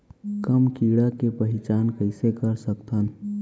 हम कीड़ा के पहिचान कईसे कर सकथन